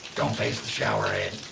don't face the shower head.